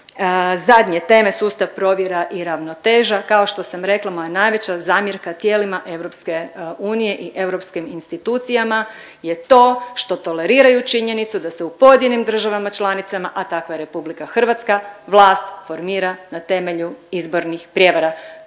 zadnje teme sustav provjera i ravnoteža, kao što sam rekla moja najveća zamjerka tijelima EU i europskim institucijama je to što toleriraju činjenicu da se u pojedinim državama članicama, a takva je RH vlast formira na temelju izbornih prijevara.